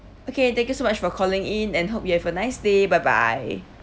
okay thank you so much for calling in and hope you have a nice day bye bye